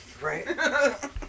Right